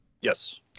Yes